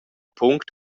punct